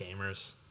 Gamers